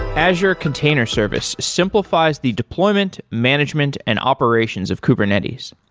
azure container service simplifies the deployment, management and operations of kubernetes.